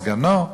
סגנו?